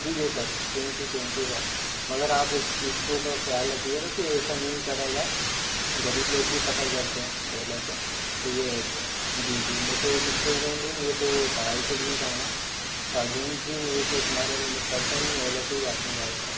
ठीक है sir thank you thank you sir मगर आप इस चीज़ के ऊपर खयाल रखिएगा की ऐसा नहीं करा जाए गरीब लोग भी सफ़र करते हैं ओला से तो ये है सर जी जी में तो एक स्टूडन्ट हूँ मुझे तो पढ़ाई के लिए जाना है तो अर्जन्ट ही मुझे तो उस बारे में करता ही हूँ ओला से आता हूँ ज़ादातर